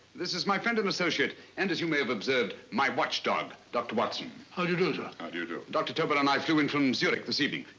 this is my friend and associate and as you may observed my watchdog, dr. watson. how do you do, sir? how do you do? dr. tobel and i flew in from zurich this evening.